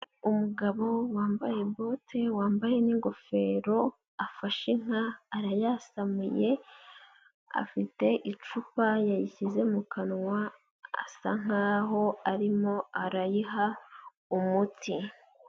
Umugabo wambaye bote wambaye n'ingofero afashe inka, arayasamuye afite icupa yayishyize mu kanwa asa nkaho arimo arayiha umuti.